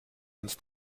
ins